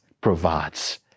provides